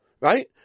right